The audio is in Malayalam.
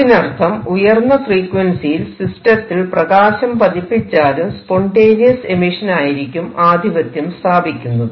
അതിനർത്ഥം ഉയർന്ന ഫ്രീക്വൻസിയിൽ സിസ്റ്റത്തിൽ പ്രകാശം പതിപ്പിച്ചാലും സ്പൊന്റെനിയസ് എമിഷൻ ആയിരിക്കും ആധിപത്യം സ്ഥാപിക്കുന്നത്